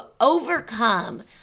overcome